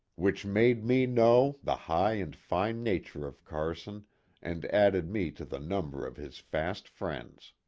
which made me know the high and fine nature of carson and added me to the number of his fast friends.